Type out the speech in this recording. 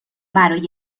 برای